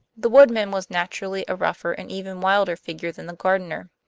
the woodman was naturally a rougher and even wilder figure than the gardener.